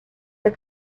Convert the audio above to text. the